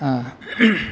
आ